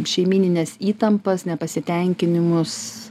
šeimynines įtampas nepasitenkinimus